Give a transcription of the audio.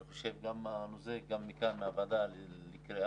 אני חושב שגם מכאן הוועדה צריכה לקרוא